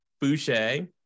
Boucher